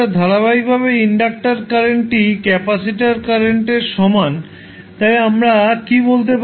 ধারাবাহিকভাবে ইনডাক্টর কারেন্টটি ক্যাপাসিটার কারেন্টের সমান তাই আমরা কী বলতে পারি